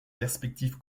perspective